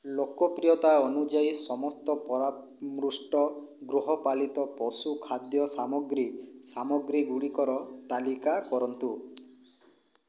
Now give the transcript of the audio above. ଲୋକପ୍ରିୟତା ଅନୁଯାୟୀ ସମସ୍ତ ପରାମୃଷ୍ଟ ଗୃହପାଳିତ ପଶୁ ଖାଦ୍ୟସାମଗ୍ରୀ ସାମଗ୍ରୀଗୁଡ଼ିକର ତାଲିକା କରନ୍ତୁ